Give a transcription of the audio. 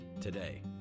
today